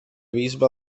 bisbe